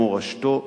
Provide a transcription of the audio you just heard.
מורשתו,